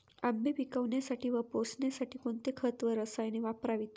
आंबे पिकवण्यासाठी व पोसण्यासाठी कोणते खत व रसायने वापरावीत?